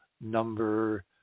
number